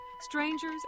strangers